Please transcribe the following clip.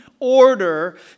order